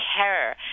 terror